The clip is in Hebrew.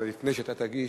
אבל לפני שאתה תגיש,